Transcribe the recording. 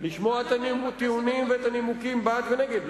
לשמוע את הטיעונים והנימוקים בעד ונגד,